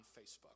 Facebook